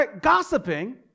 Gossiping